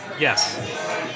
Yes